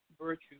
virtue